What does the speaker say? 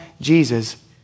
Jesus